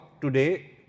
today